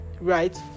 Right